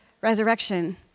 resurrection